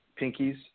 pinkies